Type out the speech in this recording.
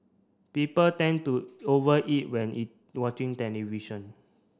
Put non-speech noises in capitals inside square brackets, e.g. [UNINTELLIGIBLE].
people tend to over eat when [UNINTELLIGIBLE] watching television